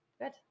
good